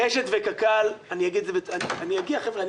אני אגיע, חבר'ה.